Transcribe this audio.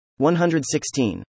116